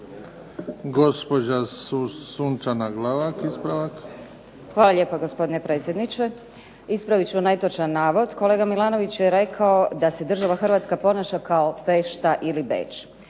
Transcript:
Hvala lijepa, gospodine predsjedniče. Ispravit ću netočan navod. Kolega Milanović je rekao da se država Hrvatska ponaša kao Pešta ili Beč.